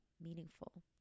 meaningful